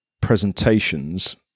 presentations